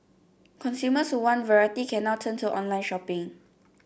consumers who want variety can now turn to online shopping